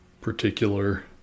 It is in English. particular